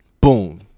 Boom